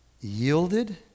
Yielded